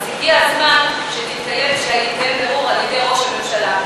הגיע הזמן שיתקיים בירור על-ידי ראש הממשלה.